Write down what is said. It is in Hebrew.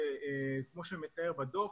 כמו שמתואר בדוח,